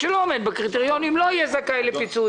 שלא עומד בקריטריונים לא יהיה זכאי לפיצוי.